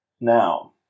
now